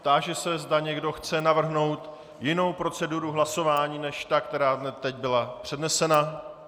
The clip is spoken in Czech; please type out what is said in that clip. Táži se, zda někdo chce navrhnout jinou proceduru hlasování, než ta, která teď byla přednesena.